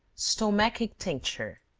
stomachic tincture.